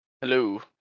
Hello